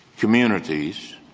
communities,